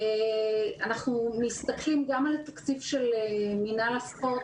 אנחנו מסתכלים גם על התקציב של מינהל הספורט,